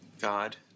God